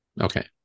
okay